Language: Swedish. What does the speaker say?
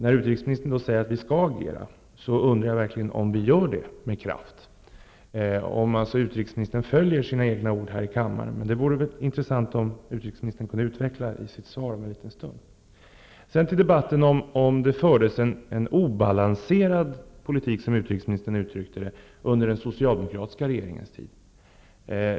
När utrikesministern då säger att vi skall agera, undrar jag om vi verkligen gör det med kraft, om utrikesministern följer sina egna ord här i kammaren. Det vore intressant om utrikesministern kunde utveckla det. Utrikesministern uttryckte det så att det fördes en obalanserad politik under den socialdemokratiska regeringens tid.